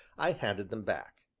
i handed them back.